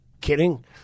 kidding